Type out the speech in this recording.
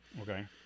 okay